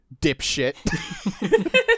Dipshit